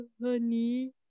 honey